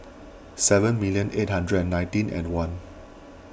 seven million eight hundred and nineteen and one